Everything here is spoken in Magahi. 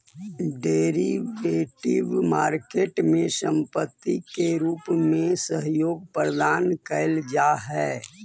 डेरिवेटिव मार्केट में संपत्ति के रूप में सहयोग प्रदान कैल जा हइ